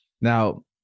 Now